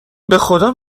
بخدا